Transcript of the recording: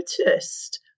noticed